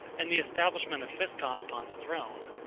and the establishment of physcon upon the throne.